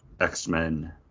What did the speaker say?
X-Men